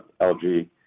lg